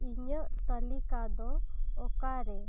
ᱤᱧᱟᱹᱜ ᱛᱟᱹᱞᱤᱠᱟ ᱫᱚ ᱚᱠᱟᱨᱮ